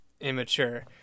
immature